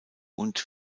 und